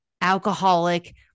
alcoholic